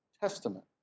Testament